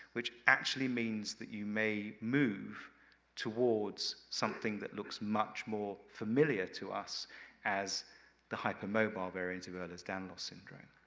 which actually means that you may move towards something that looks much more familiar to us as the hypermobile variant of ehlers-danlos syndrome.